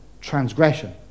transgression